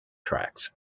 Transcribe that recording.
tracks